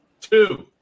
two